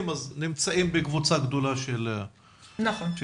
אז נמצאים בקבוצה גדולה של התקהלות.